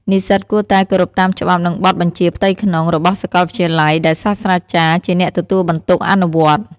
និស្សិតគួរតែ គោរពតាមច្បាប់ និងបទបញ្ជាផ្ទៃក្នុង របស់សាកលវិទ្យាល័យ ដែលសាស្រ្តាចារ្យជាអ្នកទទួលបន្ទុកអនុវត្ត។